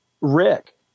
Rick